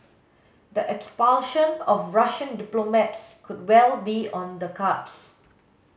the expulsion of Russian diplomats could well be on the cards